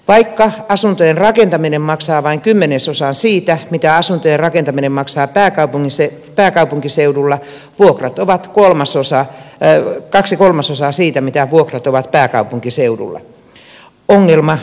vaikka asuntojen rakentaminen maksaa vain kymmenesosan siitä mitä asuntojen rakentaminen maksaa pääkaupunkiseudulla vuokrat ovat kaksi kolmasosaa siitä mitä vuokrat ovat pääkaupunkiseudulla